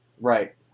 Right